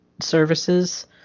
services